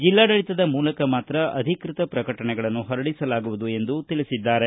ಜಿಲ್ನಾಡಳಿತದ ಮೂಲಕ ಮಾತ್ರ ಅಧಿಕೃತ ಪ್ರಕಟಣೆಗಳನ್ನು ಹೊರಡಿಸಲಾಗುವುದು ಎಂದು ತಿಳಿಸಿದ್ದಾರೆ